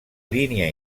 línia